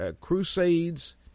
crusades